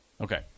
Okay